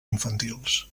infantils